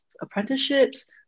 apprenticeships